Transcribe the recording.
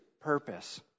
purpose